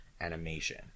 animation